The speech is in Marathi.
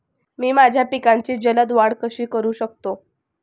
मी माझ्या पिकांची जलद वाढ कशी करू शकतो?